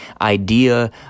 idea